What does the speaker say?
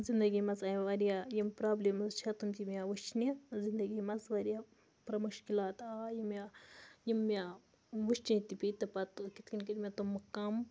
زندگی منٛز آے واریاہ یِم پرٛابلِمٕز چھےٚ تِم تہِ مےٚ وٕچھنہِ زندگی منٛز واریاہ مُشکلات آے مےٚ یہِ مےٚ یِم مےٚ وٕچھنہِ تہِ پے تہٕ پَتہٕ کِتھ کٔنۍ کٔرۍ مےٚ تِم کَم